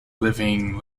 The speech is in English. living